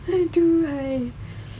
aduhai